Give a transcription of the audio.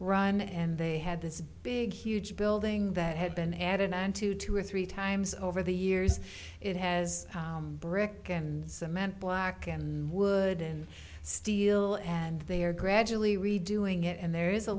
run and they had this big huge building that had been added on to two or three times over the years it has brick and cement block and wooden steel and they are gradually redoing it and there is a